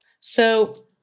So-